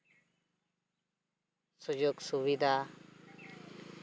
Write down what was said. ᱥᱩᱡᱳᱜᱽ ᱥᱩᱵᱤᱫᱟ